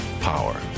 power